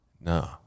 No